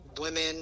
women